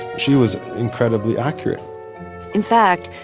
she was incredibly accurate in fact,